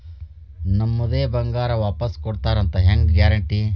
ನಮ್ಮದೇ ಬಂಗಾರ ವಾಪಸ್ ಕೊಡ್ತಾರಂತ ಹೆಂಗ್ ಗ್ಯಾರಂಟಿ?